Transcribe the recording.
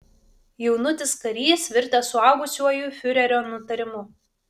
jaunutis karys virtęs suaugusiuoju fiurerio nutarimu